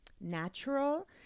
natural